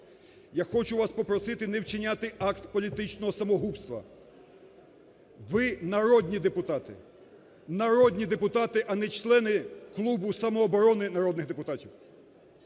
Я хочу вас попросити не вчиняти акт політичного самогубства. Ви – народні депутати! Народні депутати, а не члени клубу самооборони народних депутатів.